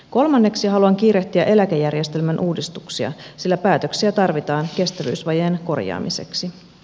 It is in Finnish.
kolmanneksi haluan kiirehtiä eläkejärjestelmän uudistuksia sillä päätöksiä tarvitaan kestävyysvajeen korjaamiseksi